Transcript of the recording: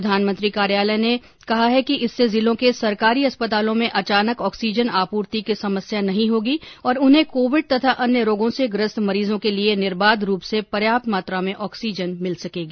प्रधानमंत्री कार्यालय ने कहा है कि इससे जिलों के सरकारी अस्पतालों में अचानक ऑक्सीजन आपूर्ति की समस्या नहीं होगी और उन्हें कोविड तथा अन्य रोगों से ग्रस्त मरीजों के लिए निर्बाध रूप से पर्याप्त मात्रा में ऑक्सीजन मिल सकेगी